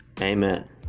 Amen